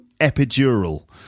epidural